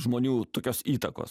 žmonių tokios įtakos